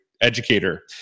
educator